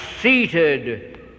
seated